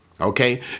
okay